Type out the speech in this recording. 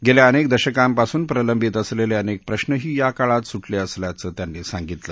गेल्या अनेक दशकांपासून प्रलंबित असेलेले अनेक प्रश्नही या काळात सुटले असल्याचे त्यांनी सांगितले